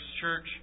church